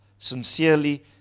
sincerely